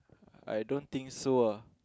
I don't think so